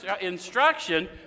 instruction